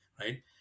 right